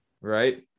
right